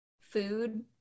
food